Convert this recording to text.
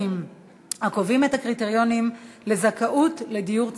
הקובעים את הקריטריונים לזכאות לדיור ציבורי.